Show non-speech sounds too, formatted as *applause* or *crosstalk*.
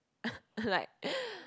*laughs* like